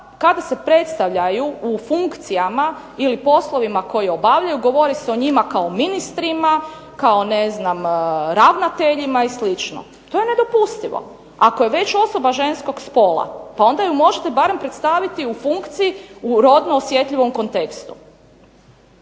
kada se predstavljaju u funkcijama ili poslovima koje obavljaju govori se o njima kao ministrima, ravnateljima i slično, to je nedopustivo. Ako je već osoba ženskog spola onda ju možete barem predstaviti u funkciji u rodno osjetljivom kontekstu.